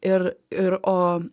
ir ir o